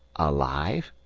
alive?